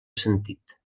sentit